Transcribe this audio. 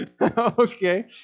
Okay